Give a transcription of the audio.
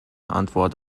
antwort